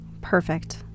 Perfect